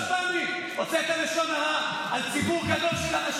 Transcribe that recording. שלוש פעמים הוצאת לשון הרע על ציבור גדול של אנשים.